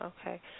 Okay